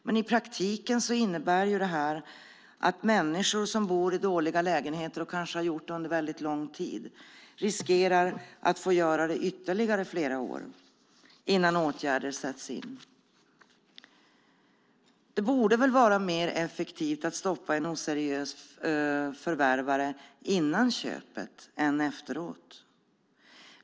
I praktiken innebär det att människor som bor i dåliga lägenheter och kanske har gjort det under väldigt lång tid riskerar att få göra det ytterligare flera år innan åtgärder sätts in. Det borde väl vara mer effektivt att stoppa en oseriös förvärvare före köpet än efteråt.